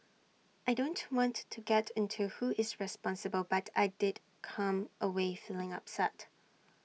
I don't want to get into who is responsible but I did come away feeling upset